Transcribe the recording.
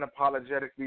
unapologetically